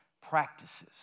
practices